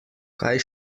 kaj